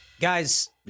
Guys